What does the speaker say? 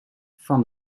van